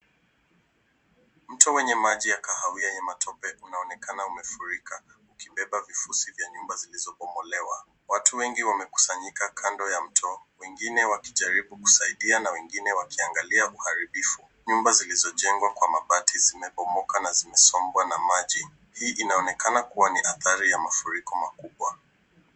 Mto wenye maji ya kahawia yenye matope unaonekana umefurika ukibeba vifuzi vya nyumba vikivyobomolewa. Watu wengi wamekusanyika kando ya mto, wengine wakijajaribu kusaidia, wengine wakiangalia uharibifu. Nyumba zilizojengwa kwa mabati imeharibika na imesombwa na maji. Hii inaonekana kuwa ni hatari ya mafuriko makubwa.